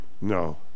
No